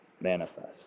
manifest